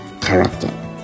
character